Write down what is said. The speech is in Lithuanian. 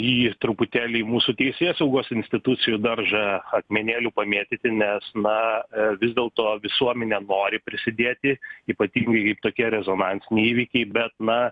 jį truputėlį mūsų teisėsaugos institucijų daržą akmenėlių pamėtyti nes na vis dėl to visuomenė nori prisidėti ypatingai tokie rezonansiniai įvykiai bet na